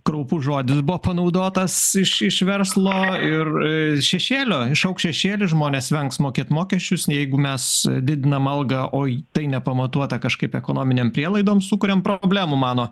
kraupus žodis buvo panaudotas iš iš verslo ir šešėlio išaugs šešėlis žmonės vengs mokėt mokesčius jeigu mes didinam algą o tai nepamatuota kažkaip ekonominėm prielaidom sukuriam problemų mano